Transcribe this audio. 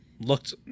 looked